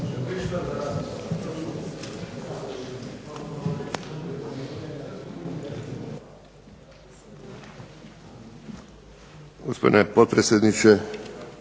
Hvala vam